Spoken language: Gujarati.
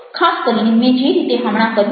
ખાસ કરીને મેં જે રીતે હમણાં કર્યું છે